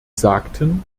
sagten